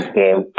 game